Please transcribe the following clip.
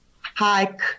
hike